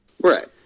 Right